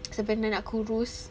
sebab dia nak kurus